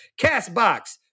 CastBox